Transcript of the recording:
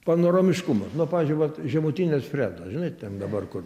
panoramiškumas no pavyzdžiui vat žemutinės fredos žinai ten dabar kur